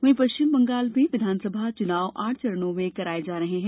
वहीं पश्चिम बंगाल में विधानसभा चुनाव आठ चरणों में कराए जा रहे हैं